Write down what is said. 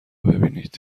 ببینید